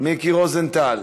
מיקי רוזנטל,